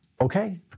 okay